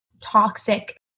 toxic